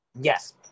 Yes